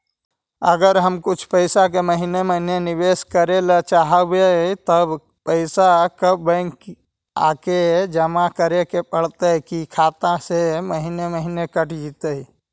अगर हम कुछ पैसा के महिने महिने निबेस करे ल चाहबइ तब पैसा बैक आके जमा करे पड़तै कि खाता से महिना कट जितै?